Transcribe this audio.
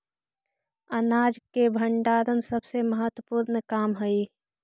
अनाज के भण्डारण सबसे महत्त्वपूर्ण काम हइ